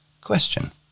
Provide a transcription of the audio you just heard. Question